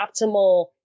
optimal